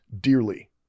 dearly